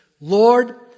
Lord